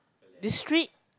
the street